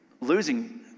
losing